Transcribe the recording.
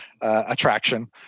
attraction